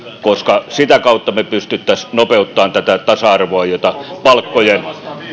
koska sitä kautta me pystyisimme nopeuttamaan tätä tasa arvoa jota palkkojen